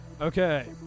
Okay